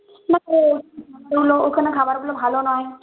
ঠিক আছে ওখানে খাবারগুলো ভালো নয়